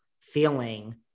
feeling